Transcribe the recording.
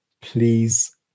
please